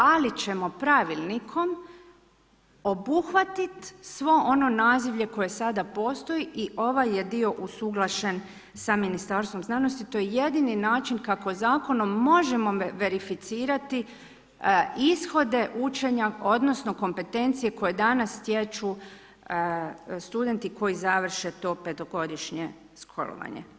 Ali ćemo pravilnikom obuhvatiti sve ono nazivlje koje sada postoji i ovaj je dio usuglašen sa Ministarstvom znanosti, to jedini način kako zakonom možemo verificirati ishode učenja odnosno kompetencije koje danas stječu studenti koji završe to petogodišnje školovanje.